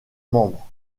membre